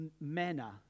manner